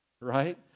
Right